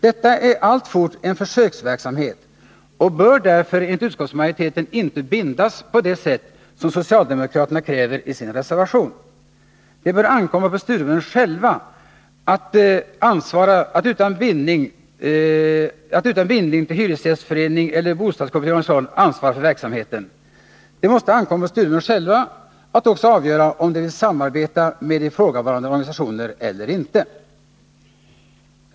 Detta är alltfort en försöksverksamhet och bör därför enligt utskottsmajoriteten inte bindas på det sätt som socialdemokraterna kräver i sin reservation. Det bör ankomma på studieförbunden själva att utan bindning till hyresgästförening eller bostadskooperativ organisation ansvara för verksamheten. Det måste ankomma på studieförbunden själva att avgöra om de vill samarbeta med ifrågavarande organisationer eller inte.